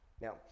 Now